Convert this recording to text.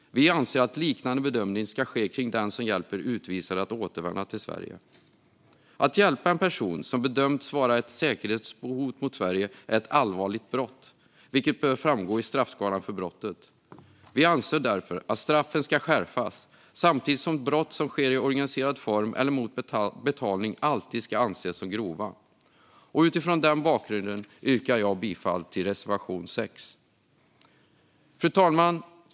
Vi anser att en liknande bedömning ska ske kring den som hjälper utvisade att återvända till Sverige. Att hjälpa en person som bedömts vara ett säkerhetshot mot Sverige är ett allvarligt brott, vilket bör framgå i straffskalan för brottet. Vi anser därför att straffen ska skärpas, samtidigt som brott som sker i organiserad form eller mot betalning alltid ska anses som grova. Utifrån den bakgrunden yrkar jag bifall till reservation 6. Fru talman!